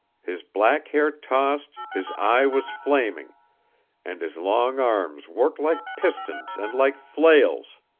his black hair tossed, his eye was flaming and his long arms worked like pistons and like flails.